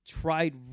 tried